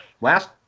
Last